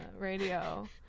radio